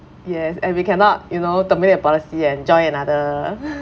yes and we cannot you know terminate a policy and join another